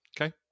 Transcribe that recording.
Okay